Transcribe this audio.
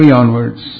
onwards